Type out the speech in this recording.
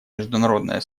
международное